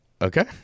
Okay